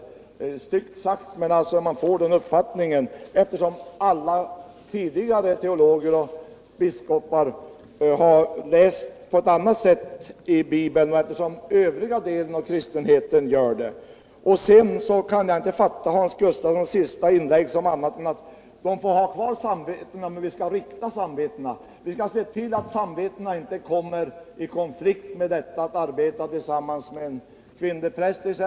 Detta är visserligen styggt sagt, men man får den uppfattningen, eftersom alla tidigare tcologer och biskopar bör ha läst Bibeln på ett unnat sätt och eftersom den övriga delen av kristenheten gör detsamma. Jag kan inte fatta Hans Gustafssons sista inlägg i frågan på något annat sätt än att Kkvinnoprästmotståndarna skall få ha kvar sina samveten men att samvetena skall riktas. Vi skall se till att samvetena inte råkar i konflikt, t.ex. vid arbetet tillsammans med en kvinnlig präst.